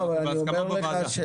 אנחנו בהסכמות בוועדה.